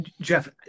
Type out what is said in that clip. Jeff